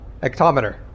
ectometer